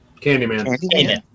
Candyman